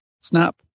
snap